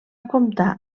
comptar